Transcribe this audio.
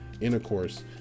intercourse